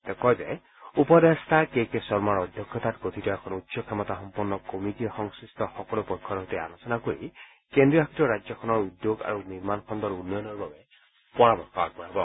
তেওঁ কয় যে উপদেষ্টা কে কে শৰ্মাৰ অধ্যক্ষতাত গঠিত এখন উচ্চ ক্ষমতাসম্পন্ন কমিটীয়ে সংমিষ্ট সকলো পক্ষৰ সৈতে আলোচনা কৰি কেন্দ্ৰীয়শাসিত ৰাজ্যখনৰ উদ্যোগিক আৰু নিৰ্মাণ খণ্ডৰ উন্নয়নৰ বাবে পৰামৰ্শ আগবঢ়াব